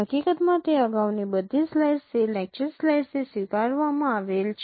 હકીકતમાં તે અગાઉની બધી સ્લાઇડ્સ તે લેક્ચર સ્લાઇડ્સથી સ્વીકારવામાં આવેલ છે